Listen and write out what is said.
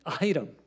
item